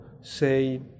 say